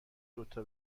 دوتا